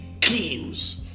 kills